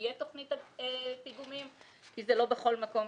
שתהיה תוכנית פיגומים כי זה לא נדרש בכל מקום.